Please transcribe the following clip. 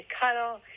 cuddle